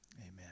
amen